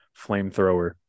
flamethrower